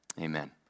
Amen